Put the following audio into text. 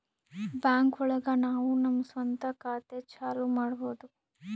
bank ಒಳಗ ನಾವು ನಮ್ ಸ್ವಂತ ಖಾತೆ ಚಾಲೂ ಮಾಡ್ಬೋದು